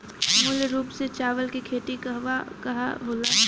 मूल रूप से चावल के खेती कहवा कहा होला?